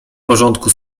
porządku